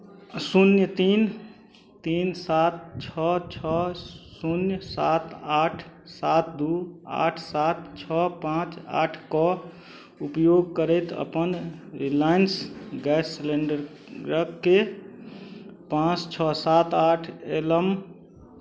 शून्य तीन तीन सात छओ छओ शून्य सात आठ सात दू आठ सात छओ पाँच आठके उपयोग करैत अपन रिलायंस गैस सिलिंडरके पाँच छओ सात आठ एलम